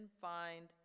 find